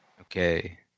Okay